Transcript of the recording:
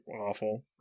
awful